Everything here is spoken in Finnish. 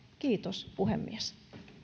kiitos puhemies